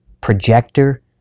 projector